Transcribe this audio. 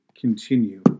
continue